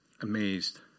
amazed